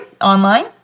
online